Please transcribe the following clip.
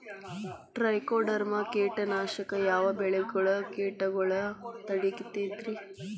Trichoderma ಕೇಟನಾಶಕ ಯಾವ ಬೆಳಿಗೊಳ ಕೇಟಗೊಳ್ನ ತಡಿತೇತಿರಿ?